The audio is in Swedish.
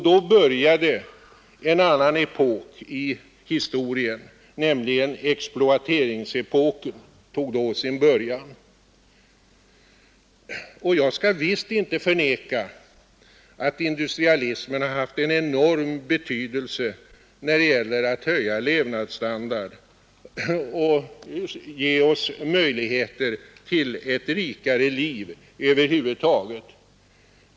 Det var en ny fas i historien, nämligen exploateringsepoken. Jag skall visst inte förneka att industrialismen har haft enorm betydelse när det gällt att höja levnadsstandarden och ge oss möjligheter att leva ett rikare liv över huvud taget.